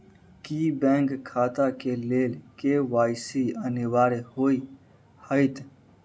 की bank खाता केँ लेल के.वाई.सी अनिवार्य होइ हएत?